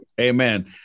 Amen